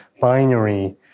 binary